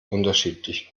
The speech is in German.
unterschiedlich